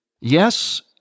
yes